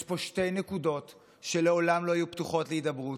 יש פה שתי נקודות שלעולם לא יהיו פתוחות להידברות,